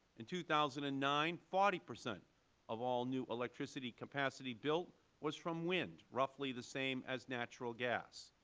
in two thousand and nine, forty percent of all new electricity capacity built was from wind, roughly the same as natural gas.